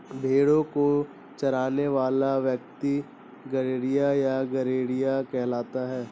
भेंड़ों को चराने वाला व्यक्ति गड़ेड़िया या गरेड़िया कहलाता है